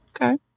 Okay